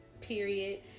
period